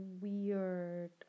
weird